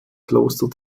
kloster